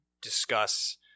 discuss